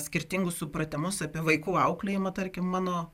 skirtingus supratimus apie vaikų auklėjimą tarkim mano